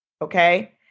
Okay